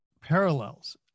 parallels